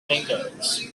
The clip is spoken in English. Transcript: fingers